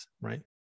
right